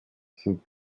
sind